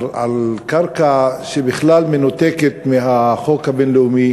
קרקע שבכלל מנותקת מהחוק הבין-לאומי